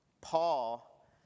Paul